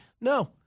No